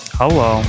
hello